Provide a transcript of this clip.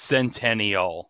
Centennial